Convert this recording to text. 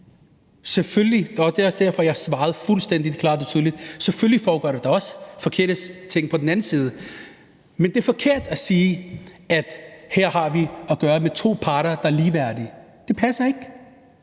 og tydeligt – foregår der også forkerte ting på den anden side. Men det er forkert at sige, at vi her har at gøre med to parter, der er ligeværdige. Det passer ikke,